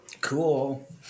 cool